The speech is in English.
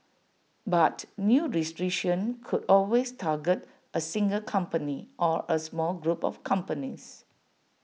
but new restrictions could always target A single company or A small group of companies